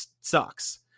sucks